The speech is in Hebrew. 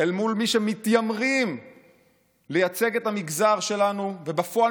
אל מול מי שמתיימרים לייצג את המגזר שלנו ובפועל